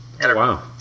Wow